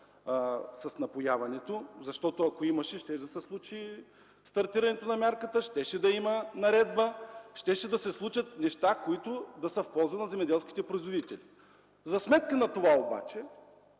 с напояването, защото ако имахте, щеше да се случи стартирането на мярката, щеше да има наредба, щяха да се случат неща, които да са в полза на земеделските производители. За сметка на това обаче